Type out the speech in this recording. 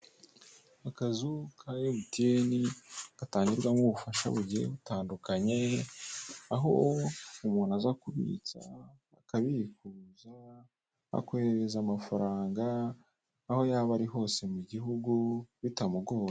Akazu ka emutiyeni gatangirwamo ubufasha bugiye butandukanye aho umuntu aza kubitsa, akabikuza, akohereza amafaranga aho yaba ari hose mu gihugu bitamugoye.